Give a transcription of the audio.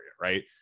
right